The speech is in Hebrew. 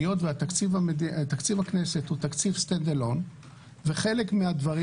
היות שתקציב הכנסת הוא תקציב stand alone וחלק מהדברים